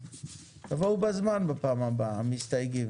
תבואו, המסתייגים, בזמן בפעם הבאה.